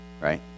right